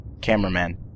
Cameraman